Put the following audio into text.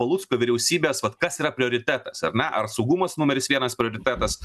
palucko vyriausybės vat kas yra prioritetas ar ne ar saugumas numeris vienas prioritetas